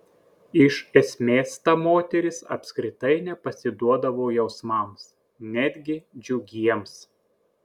iš esmės ta moteris apskritai nepasiduodavo jausmams netgi džiugiems